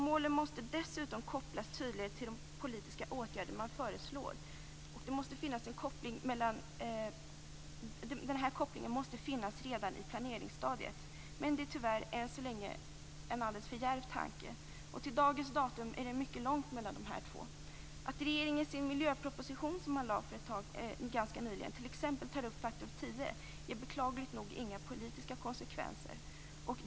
Målen måste dessutom tydligare kopplas till de politiska åtgärder som föreslås, och den här kopplingen måste finnas redan i planeringsstadiet. Detta är tyvärr än så länge en alldeles för djärv tanke, och till dagens datum är det mycket långt mellan de här två. Att regeringen i den miljöproposition som man ganska nyligen lade fram t.ex. tar upp faktor 10 ger beklagligt nog inga politiska konsekvenser.